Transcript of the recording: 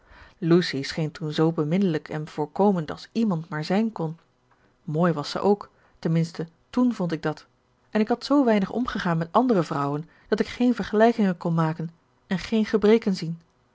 lucy scheen toen zoo beminnelijk en voorkomend als iemand maar zijn kon mooi was zij ook ten minste toen vond ik dat en ik had zoo weinig omgegaan met andere vrouwen dat ik geen vergelijkingen kon maken en geen gebreken zien